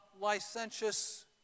licentious